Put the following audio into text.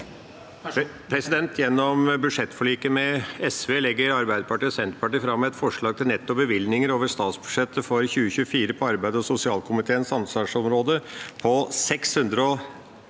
Gjennom bud- sjettforliket med SV legger Arbeiderpartiet og Senterpartiet fram et forslag til netto bevilgninger over statsbudsjettet for 2024 på arbeids- og sosialkomiteens ansvarsområde på 619